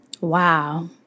Wow